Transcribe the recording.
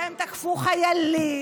שהם תקפו חיילים,